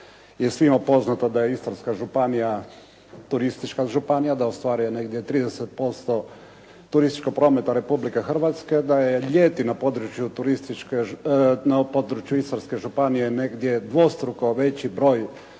svima poznato da je Istarska županija turistička županija, da ostvaruje negdje 30% turističkog prometa Republike Hrvatske, da je ljeti na području Istarske županije negdje dvostruko veći broj